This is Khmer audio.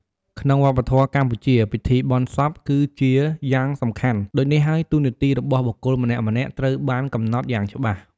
ក្នុងវប្បធម៌កម្ពុជា ពិធីបុណ្យសពគឺជាយ៉ាងសំខាន់ ដូចនេះហើយតួនាទីរបស់បុគ្គលម្នាក់ៗត្រូវបានកំណត់យ៉ាងច្បាស់។